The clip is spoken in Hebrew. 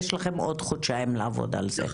יש לכם עוד חודשיים לעבוד על זה.